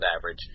average